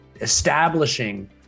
establishing